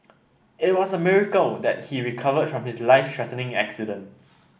it was a miracle that he recovered from his life threatening accident